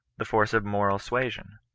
the force of moral suasion,